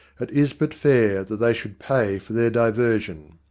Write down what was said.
it is but fair that they should pay for their diversion.